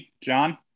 John